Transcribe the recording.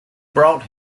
brought